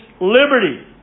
liberty